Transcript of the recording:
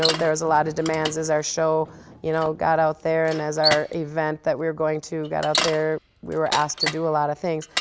so there was a lot of demands as our show you know got out there and as our event that we were going to get out there, we were asked to do a lot of things.